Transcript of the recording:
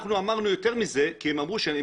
אנחנו אמרנו יותר מזה כי הם אמרו שהם